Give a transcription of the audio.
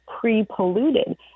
pre-polluted